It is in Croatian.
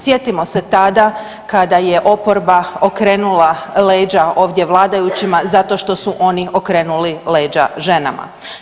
Sjetimo se tada kada je oporba okrenula leđa ovdje vladajućima zato što su oni okrenuli leđa ženama.